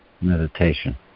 meditation